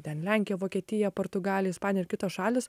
ten lenkija vokietija portugalija ispanija ir kitos šalys